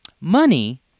money